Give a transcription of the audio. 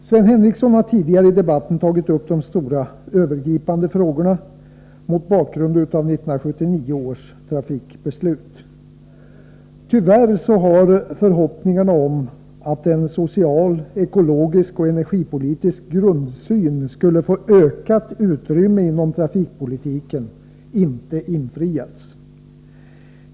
Sven Henricsson har tidigare i debatten tagit upp de stora, övergripande frågorna mot bakgrund av 1979 års trafikbeslut. Tyvärr har förhoppningarna om att en social, ekologisk och energipolitisk grundsyn skulle få ökat utrymme inom trafikpolitiken inte infriats.